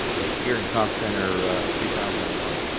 they appear in call center three thousand and one.